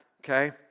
okay